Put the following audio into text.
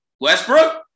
Westbrook